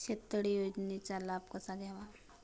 शेततळे योजनेचा लाभ कसा घ्यावा?